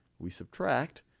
we subtract.